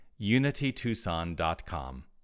unitytucson.com